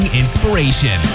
inspiration